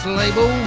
label